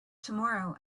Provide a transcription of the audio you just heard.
tomorrow